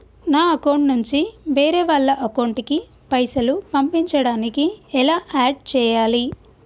నా అకౌంట్ నుంచి వేరే వాళ్ల అకౌంట్ కి పైసలు పంపించడానికి ఎలా ఆడ్ చేయాలి?